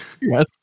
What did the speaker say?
Yes